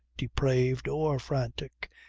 depraved or frantic,